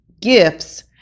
gifts